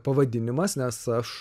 pavadinimas nes aš